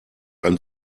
ein